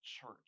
church